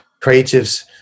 creatives